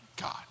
God